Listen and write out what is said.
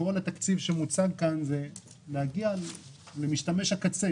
כל התקציב שמוצג כאן זה להגיע למשתמש הקצה.